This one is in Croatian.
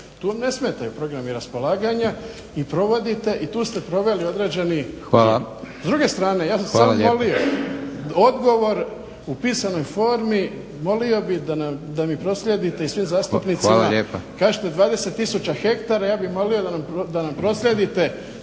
Tu ne smetaju programi raspolaganja i tu ste proveli određeni … /Upadica Leko: Hvala./… S druge strane ja sam samo molio odgovor u pisanoj formi. Molio bih da mi proslijedite i svim zastupnicima kažete 20 tisuća hektara ja bih molio da nam proslijedite